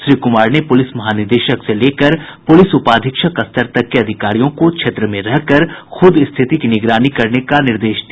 श्री कुमार ने पुलिस महानिदेशक से लेकर पुलिस उपाधीक्षक स्तर तक के अधिकारियों को क्षेत्र में रहकर ख़ुद स्थिति की निगरानी करने का निर्देश दिया